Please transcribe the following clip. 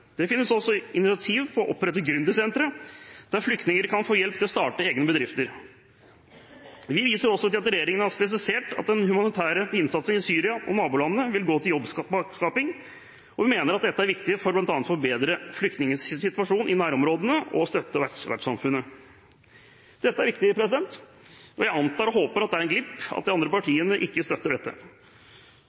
Det finnes også initiativ for å opprette gründersentre der flyktninger kan få hjelp til å starte egne bedrifter. Vi viser også til at regjeringen har spesifisert at den norske humanitære innsatsen i Syria og nabolandene vil gå til jobbskaping, og mener at dette er viktig for bl.a. å bedre flyktningenes situasjon i nærområdene og å støtte vertsamfunnet. Dette er viktig, og jeg antar – og håper – at det er en glipp at de andre partiene ikke støtter dette.